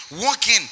walking